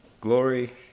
glory